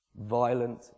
violent